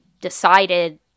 decided